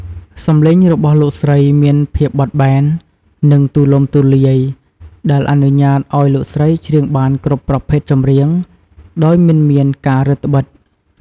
សំឡេងរបស់លោកស្រីមាន ភាពបត់បែន និង ទូលំទូលាយ ដែលអនុញ្ញាតឲ្យលោកស្រីច្រៀងបានគ្រប់ប្រភេទចម្រៀង ដោយមិនមានការរឹតត្បិត។